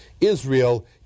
Israel